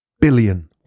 billion